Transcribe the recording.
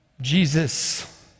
Jesus